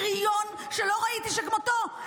בריון שלא ראיתי כמותו.